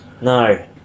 No